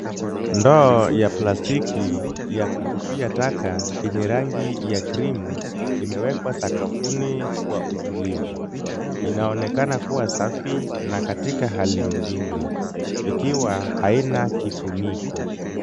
Ndoo ya plastiki ya kutupia taka yenye rangi ya cream imewekwa sakafuni kwa utulivu. Inaonekana kuwa safi na katika hali mzuri ikiwa haina kifuniko.